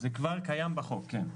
זה כבר קיים בחוק, כן.